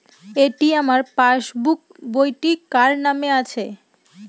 এটি আমার পাসবুক বইটি কার নামে আছে?